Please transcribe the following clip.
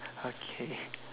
okay